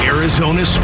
Arizona